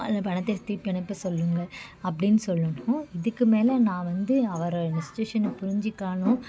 அந்த பணத்தை திருப்பி அனுப்ப சொல்லுங்கள் அப்படின்னு சொல்லட்டும் இதுக்கு மேலே நான் வந்து அவர் என் சுச்சுவேஷனை புரிஞ்சிக்கணும்